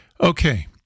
Okay